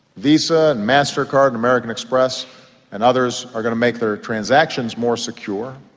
visa and mastercard and american express and others are going to make their transactions more secure.